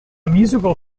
musical